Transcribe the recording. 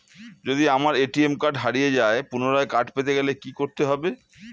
যদি আমার ATM card হারিয়ে যায় পুনরায় কার্ড পেতে গেলে কি করতে হবে?